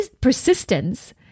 persistence